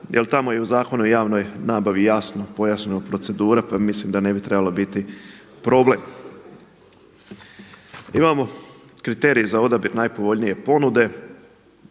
Jer tamo je i u Zakonu o javnoj nabavi jasno pojašnjenja procedura, pa mislim da ne bi trebalo biti problem. Imamo kriterij za odabir najpovoljnije ponude.